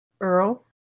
Earl